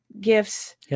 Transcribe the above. gifts